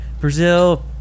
Brazil